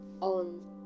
on